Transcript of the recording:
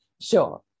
Sure